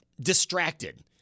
distracted